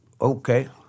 okay